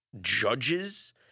judges